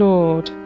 Lord